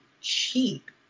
cheap